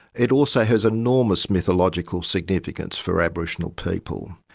it also has enormous mythological significance for aboriginal people,